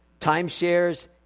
timeshares